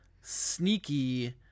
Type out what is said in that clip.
sneaky